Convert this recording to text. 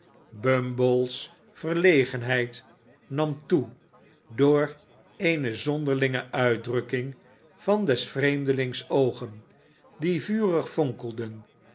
bumble's verlegenheid nam toe door eene zonderlinge uitdrukking van des vreemde ings oogen die vurig fonkelden